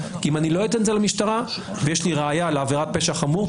כי אם אני לא אתן את זה למשטרה ויש לי ראיה על עבירת פשע חמור,